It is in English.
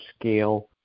scale